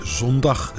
zondag